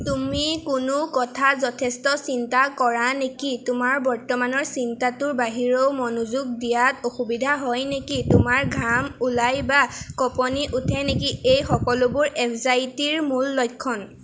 তুমি কোনো কথা যথেষ্ট চিন্তা কৰা নেকি তোমাৰ বৰ্তমানৰ চিন্তাটোৰ বাহিৰেও মনোযোগ দিয়াত অসুবিধা হয় নেকি তোমাৰ ঘাম ওলায় বা কঁপনি উঠে নেকি এই সকলোবোৰ এঙ্জাইটিৰ মূল লক্ষণ